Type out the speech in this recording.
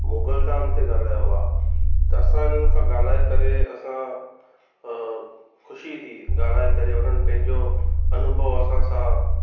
मोगल धाम ते ॻाल्हायो आहे त असां हिननि खां ॻाल्हाए करे असां ख़ुशी थी ॻाल्हाए करे उन्हनि पंहिंजो अनुभव असां सां